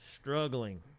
Struggling